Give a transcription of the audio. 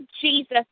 Jesus